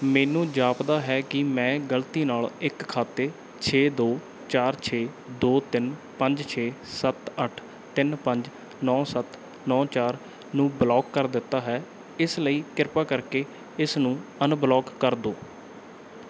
ਮੈਨੂੰ ਜਾਪਦਾ ਹੈ ਕਿ ਮੈਂ ਗਲਤੀ ਨਾਲ ਇੱਕ ਖਾਤੇ ਛੇ ਦੋ ਚਾਰ ਛੇ ਦੋ ਤਿੰਨ ਪੰਜ ਛੇ ਸੱਤ ਅੱਠ ਤਿੰਨ ਪੰਜ ਨੌ ਸੱਤ ਨੌ ਚਾਰ ਨੂੰ ਬਲੌਕ ਕਰ ਦਿੱਤਾ ਹੈ ਇਸ ਲਈ ਕਿਰਪਾ ਕਰਕੇ ਇਸਨੂੰ ਅਨਬਲੌਕ ਕਰ ਦਿਓ